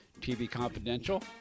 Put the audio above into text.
tvconfidential